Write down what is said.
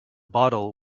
bottle